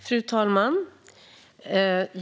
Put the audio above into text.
Fru talman!